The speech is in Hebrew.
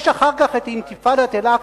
יש אחר כך אינתיפאדת אל-אקצא,